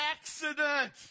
accident